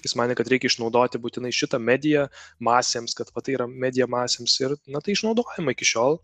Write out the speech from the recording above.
jis manė kad reikia išnaudoti būtinai šitą mediją masėms kad va tai yra medija masėms ir na tai išnaudojama iki šiol